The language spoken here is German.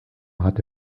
hatte